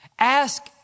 Ask